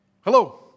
Hello